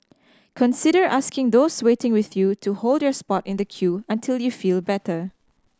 consider asking those waiting with you to hold your spot in the queue until you feel better